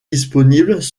disponibles